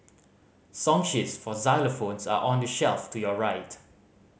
song sheets for xylophones are on the shelf to your right